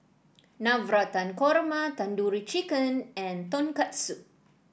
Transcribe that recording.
Navratan Korma Tandoori Chicken and Tonkatsu